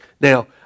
Now